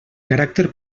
caràcter